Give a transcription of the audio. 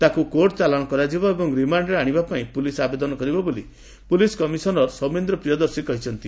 ତାକୁ କୋର୍ଟ ଚାଲାଣ କରାଯିବ ଏବଂ ରିମାଣ୍ଡରେ ଆଶିବାପାଇଁ ପୁଲିସ୍ ଆବେଦନ କରିବ ବୋଲି ପୁଲିସ୍ କମିଶନର ସୌମେନ୍ଦ୍ ପ୍ରିୟଦର୍ଶୀ କହିଛନ୍ତି